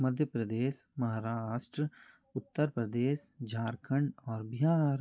मध्य प्रदेश महाराष्ट्र उत्तर प्रदेश झाड़खंड और बिहार